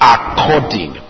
According